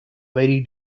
very